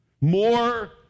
More